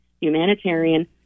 humanitarian